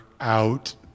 out